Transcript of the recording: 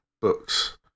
books